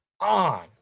on